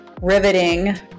riveting